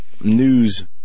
news